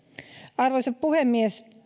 arvoisa puhemies